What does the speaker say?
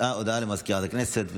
הודעה לסגנית מזכיר הכנסת.